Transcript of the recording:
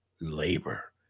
labor